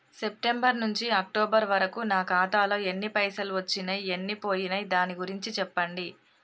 September నుంచి October వరకు నా ఖాతాలో ఎన్ని పైసలు వచ్చినయ్ ఎన్ని పోయినయ్ దాని గురించి చెప్పండి?